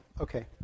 Okay